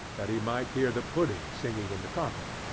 that he might hear the pudding singing in the copper.